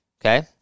Okay